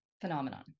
phenomenon